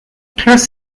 class